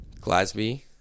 Glasby